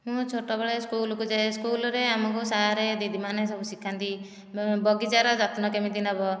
ମୁଁ ଛୋଟବେଳେ ସ୍କୁଲକୁ ଯାଏ ସ୍କୁଲରେ ଆମକୁ ସାରେ ଦିଦିମାନେ ସବୁ ଶିଖାନ୍ତି ବବାଗିଚାର ଯତ୍ନ କେମିତି ନେବ